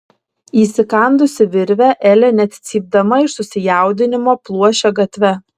įsikandusi virvę elė net cypdama iš susijaudinimo pluošė gatve